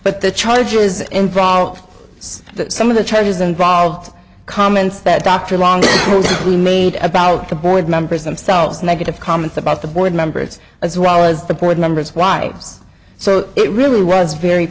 but the charges involved some of the charges involved comments that dr long we made about the board members themselves negative comments about the board members as well as the board members wives so it really was very